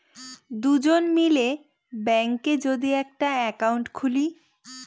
দুজন মিলে ব্যাঙ্কে যদি একটা একাউন্ট খুলে